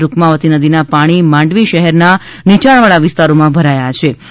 રૂકમાવતી નદીના પાણી માંડવી શહેરના નીચાણવાળા વિસ્તારોમાં ભરાથા